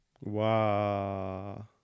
Wow